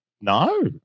No